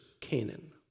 Canaan